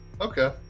Okay